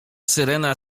syrena